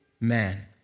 man